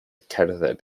cerdded